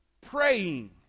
praying